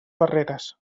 barreres